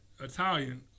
Italian